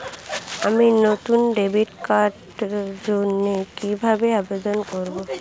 আমি নতুন ডেবিট কার্ডের জন্য কিভাবে আবেদন করব?